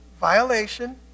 violation